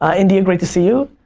ah india, great to see you.